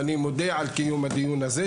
ואני מודה על קיום הדיון הזה,